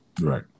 Right